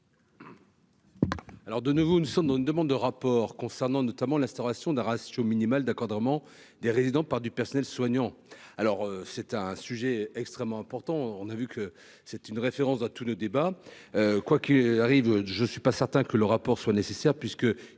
Alors, de nouveau, nous sommes dans une demande de rapport concernant notamment l'instauration d'un ratio minimal d'accord autrement. Des résidents par du personnel soignant, alors c'est un sujet extrêmement important, on a vu que c'est une référence dans tous nos débats, quoi qu'il arrive, je ne suis pas certain que le rapport soit nécessaire puisque,